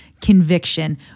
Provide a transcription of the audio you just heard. conviction